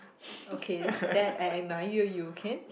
okay that I admire you can